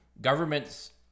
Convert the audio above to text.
governments